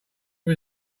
was